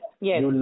Yes